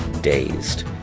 dazed